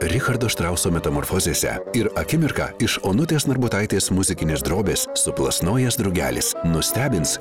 richardo štrauso metamorfozėse ir akimirka iš onutės narbutaitės muzikinės drobės suplasnojęs drugelis nustebins